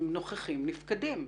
הם נוכחים-נפקדים.